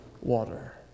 water